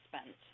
spent